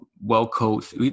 well-coached